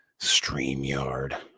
StreamYard